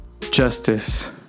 justice